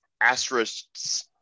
asterisks